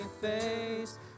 face